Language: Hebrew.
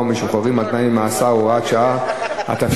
ומשוחררים על-תנאי ממאסר (הוראת שעה) (תיקון),